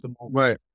right